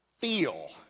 feel